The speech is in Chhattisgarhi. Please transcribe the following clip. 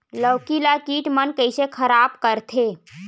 लौकी ला कीट मन कइसे खराब करथे?